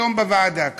היום בוועדה.